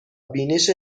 بینش